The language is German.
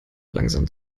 langsam